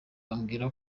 bambwira